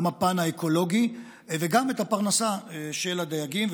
גם הפן האקולוגי וגם הפרנסה של הדייגים.